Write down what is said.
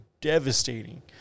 devastating